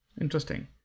Interesting